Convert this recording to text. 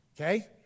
Okay